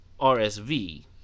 RSV